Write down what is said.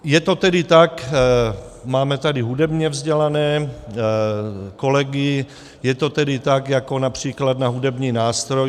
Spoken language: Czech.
Je to tedy tak máme tady hudebně vzdělané kolegy je to tedy tak jako například na hudební nástroj.